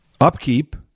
upkeep